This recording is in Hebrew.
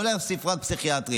לא רק להוסיף פסיכיאטרים.